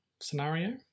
scenario